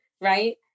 right